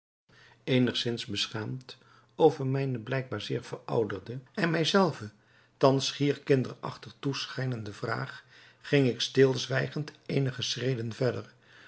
eenigzins beschaamd over mijne blijkbaar zeer verouderde en mij zelven thans schier kinderachtig toeschijnende vraag ging ik stilzwijgend eenige schreden verder